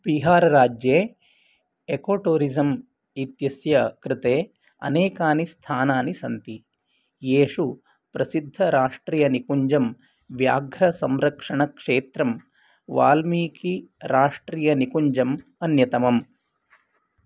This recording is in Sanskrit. बिहारराज्ये एकोटूरिसम् इत्यस्य कृते अनेकानि स्थानानि सन्ति येषु प्रसिद्धराष्ट्रियनिकुञ्जं व्याघ्रसंरक्षणक्षेत्रं वाल्मीकिराष्ट्रियनिकुञ्जम् अन्यतमम्